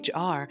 HR